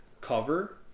cover